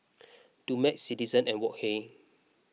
Dumex Citizen and Wok Hey